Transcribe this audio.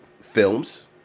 films